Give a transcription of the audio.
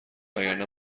وگرنه